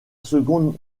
seconde